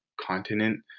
continent